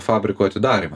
fabriko atidarymą